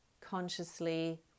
consciously